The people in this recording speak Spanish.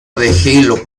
halo